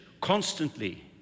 constantly